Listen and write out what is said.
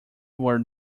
were